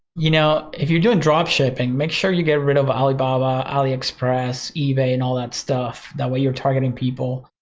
you know if you doing dropshipping, make sure you get rid of alibaba, aliexpress, ebay and all that stuff. that way you're targeting people